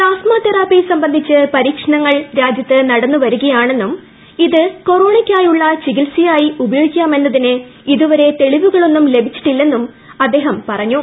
പ്സാസ്മ therapy സംബന്ധിച്ച് പരീക്ഷണങ്ങൾ ഇത് കൊറോണയ്ക്കായുള്ള ചികിത്സയായി ഉപയോഗിക്കാമെന്നതിന് ഇതുവരെ തെളിവുകളൊന്നും ലഭിച്ചിട്ടില്ലെന്നും അദ്ദേഹം പറഞ്ഞു